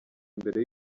imbere